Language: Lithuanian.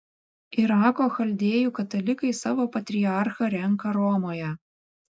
irako chaldėjų katalikai savo patriarchą renka romoje